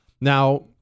Now